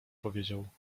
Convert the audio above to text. powiedział